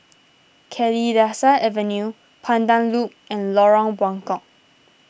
Kalidasa Avenue Pandan Loop and Lorong Buangkok